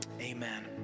amen